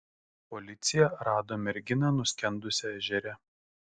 policija rado merginą nuskendusią ežere